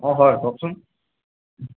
অঁ হয় কওকচোন